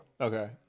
Okay